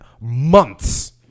months